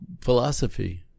philosophy